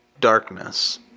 darkness